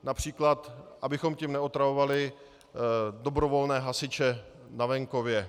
Například abychom tím neotravovali dobrovolné hasiče na venkově.